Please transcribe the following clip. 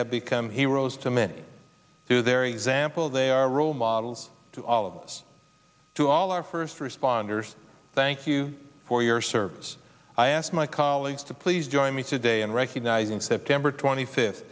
have become heroes to men who their example they are role models to all of us to all our first responders thank you for your service i asked my colleagues to please join me today in recognizing september twenty fifth